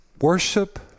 Worship